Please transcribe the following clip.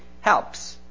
helps